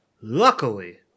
Luckily